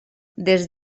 des